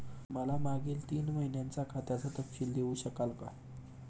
मला मागील तीन महिन्यांचा खात्याचा तपशील देऊ शकाल का?